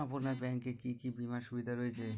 আপনার ব্যাংকে কি কি বিমার সুবিধা রয়েছে?